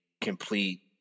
complete